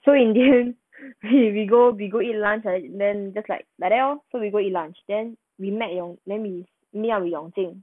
so in the end !hey! we go we go eat lunch then then just like like that lor so we go eat lunch then we met yong~ then we met with yong jing